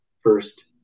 first